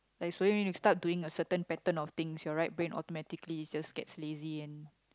like so you when you start doing a certain pattern of things your right brain automatically just gets lazy and